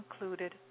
included